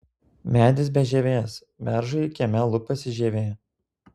medis be žievės beržui kieme lupasi žievė